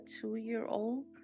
two-year-old